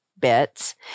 bits